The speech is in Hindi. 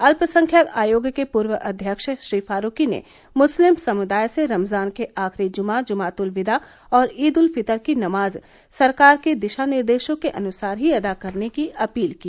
अल्पसंख्यक आयोग के पूर्व अध्यक्ष श्री फारूकी ने मुस्लिम समुदाय से रमजान के आखिरी जुमा जुमातुल विदा और ईद उल फितर की नमाज सरकार की दिशानिर्देशों के अनुसार ही अदा करने की अपील की